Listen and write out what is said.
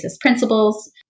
principles